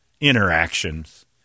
interactions